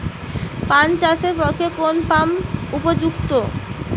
পান চাষের পক্ষে কোন পাম্প উপযুক্ত?